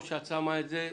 טוב שאת שמה את זה.